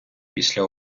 після